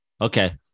Okay